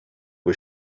was